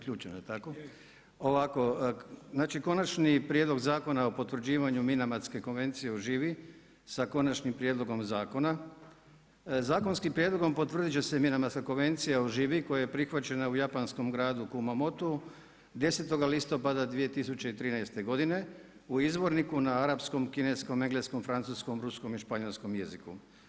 Konačni prijedlog Zakona o potvrđivanju Minamatske konvencije o živi, sa Konačnim prijedlogom Zakona, zakonskim prijedlogom potvrdit će Minamatska konvencija o živi koja je prihvaćena u japanskom gradu Kumamotu 10. listopada 2013. godine u izborniku na arapskom, kineskom, engleskom, francuskom, ruskom i španjolskom jeziku.